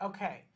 Okay